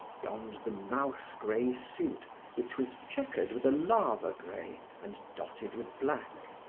donned the mouse grey suit which was checquered with a lava gray and dotted with black,